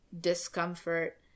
discomfort